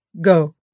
Go